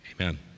amen